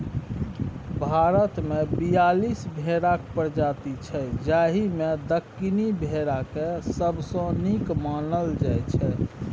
भारतमे बीयालीस भेराक प्रजाति छै जाहि मे सँ दक्कनी भेराकेँ सबसँ नीक मानल जाइ छै